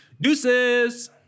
Deuces